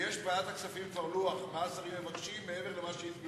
בוועדת הכספים כבר יש לוח של מה השרים מבקשים מעבר למה שהצביעו בממשלה.